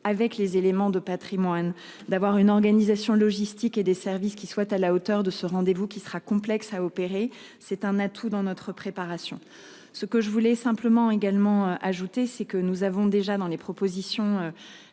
avec les éléments de Patrimoine d'avoir une organisation logistique et des services qui soit à la hauteur de ce rendez-vous qui sera complexe à opérer. C'est un atout dans notre préparation. Ce que je voulais simplement également ajouter c'est que nous avons déjà dans les propositions,